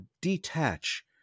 detach